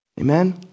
Amen